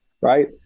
right